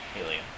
helium